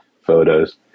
photos